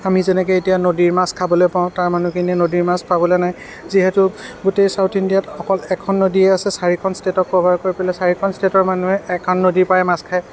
আমি যেনেকৈ এতিয়া নদীৰ মাছ খাবলৈ পাওঁ তাৰ মানুহখিনিয়ে নদীৰ মাছ পাবলৈ নাই যিহেতু গোটেই ছাউথ ইণ্ডিয়াত অকল এখন নদীয়েই আছে চাৰিখন ষ্টেটক ক'ভাৰ কৰিবলৈ চাৰিখন ষ্টেটৰ মানুহে এখন নদীৰ পৰাই মাছ খায়